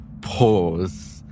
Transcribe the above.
pause